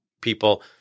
people